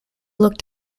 looked